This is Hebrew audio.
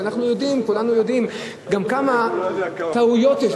כשכולנו יודעים גם כמה טעויות יש